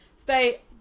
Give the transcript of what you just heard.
stay